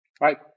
right